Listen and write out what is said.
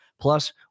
Plus